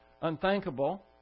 unthinkable